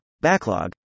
backlog